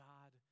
God